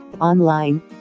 online